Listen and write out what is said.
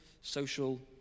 social